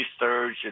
research